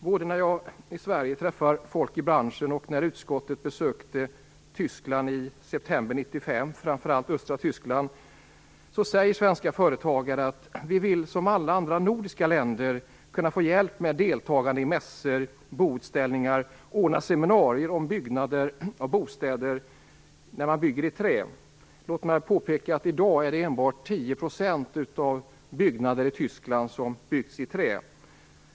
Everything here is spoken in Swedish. Både när jag i Sverige träffar folk i branschen och när utskottet besökte Tyskland, framför allt östra Tyskland, i september 1995 sade svenska företagare att de på samma sätt som de övriga nordiska länderna vill kunna få hjälp med deltagande i mässor, boutställningar och anordnande av seminarier om byggande av bostäder i trä. Låt mig påpeka att det i dag är bara 10 % av de hus som byggs i Tyskland som byggs i trä.